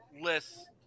lists